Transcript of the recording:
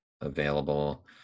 available